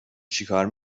چیکار